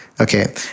okay